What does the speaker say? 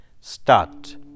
Start